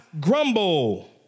grumble